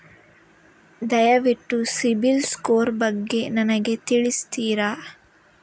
ದಯವಿಟ್ಟು ಸಿಬಿಲ್ ಸ್ಕೋರ್ ಬಗ್ಗೆ ನನಗೆ ತಿಳಿಸ್ತಿರಾ?